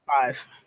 five